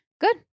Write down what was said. good